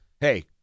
hey